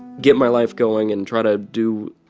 get my life going and try to do,